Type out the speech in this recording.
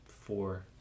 four